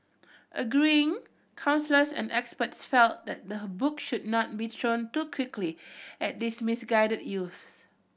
agreeing counsellors and experts felt that the book should not be thrown too quickly at these misguided youths